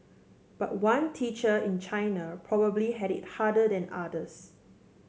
but one teacher in China probably had it harder than others